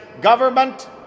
government